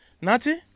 Nati